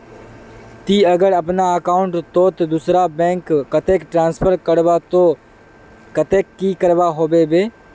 ती अगर अपना अकाउंट तोत दूसरा बैंक कतेक ट्रांसफर करबो ते कतेक की करवा होबे बे?